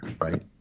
Right